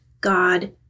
God